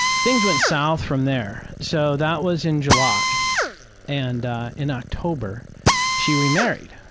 things went south from there. so that was in july and in october she remarried.